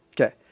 Okay